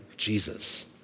Jesus